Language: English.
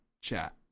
chat